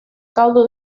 caldo